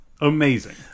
Amazing